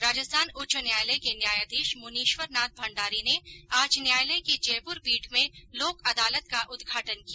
राजस्थान उच्च न्यायालय के न्यायाधीश मुनीश्वर नाथ भण्डारी ने आज न्यायालय की जयपुर पीठ में लोक अदालत का उद्घाटन किया